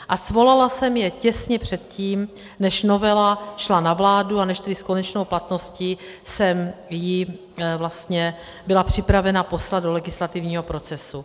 A svolala jsem je těsně předtím, než novela šla na vládu a než tedy s konečnou platností jsem ji byla připravena poslat do legislativního procesu.